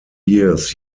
years